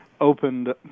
opened